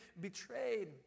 betrayed